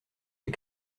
les